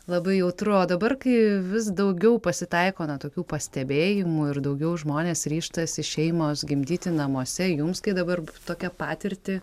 labai jautru o dabar kai vis daugiau pasitaiko na tokių pastebėjimų ir daugiau žmonės ryžtasi šeimos gimdyti namuose jums kai dabar tokią patirtį